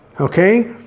okay